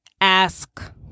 ask